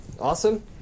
awesome